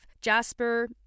jasper